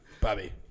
Bobby